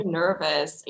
nervous